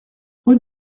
rue